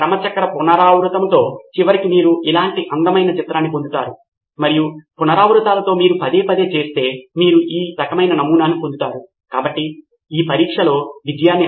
కాబట్టి మీకు కొంత సులభము చేయువారు ఉంటే వారు ఈ ప్రక్రియకు మార్గనిర్దేశం చేసే ఉపాధ్యాయుడు ఇది నిజంగా మేథోమథనం చేసే సమావేశమును లక్ష్యం వైపు వెళ్ళడానికి సహాయపడుతుంది ఇది వ్యవస్థ నుండి మా సిఫార్సు